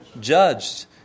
judged